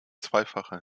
zweifacher